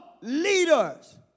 leaders